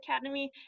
academy